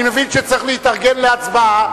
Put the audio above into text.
אני מבין שצריך להתארגן להצבעה,